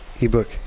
ebook